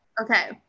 okay